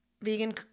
vegan